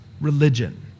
religion